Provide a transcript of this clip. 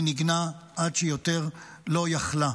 היא ניגנה עד שיותר לא יכלה.